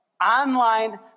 Online